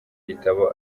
gitabo